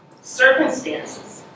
Circumstances